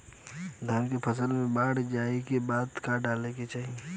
धान के फ़सल मे बाढ़ जाऐं के बाद का डाले के चाही?